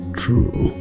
true